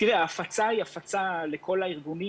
ההפצה היא לכל הארגונים.